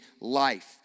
life